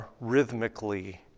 rhythmically